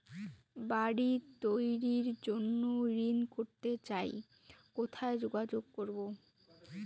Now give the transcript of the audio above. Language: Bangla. বাড়ি তৈরির জন্য ঋণ করতে চাই কোথায় যোগাযোগ করবো?